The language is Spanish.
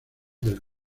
del